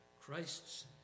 Christ's